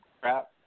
crap